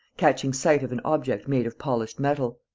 catching sight of an object made of polished metal.